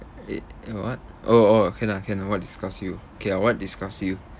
err uh what oh oh okay lah can what disgust you okay ah what disgust you